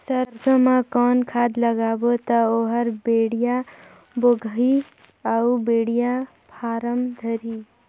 सरसो मा कौन खाद लगाबो ता ओहार बेडिया भोगही अउ बेडिया फारम धारही?